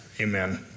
amen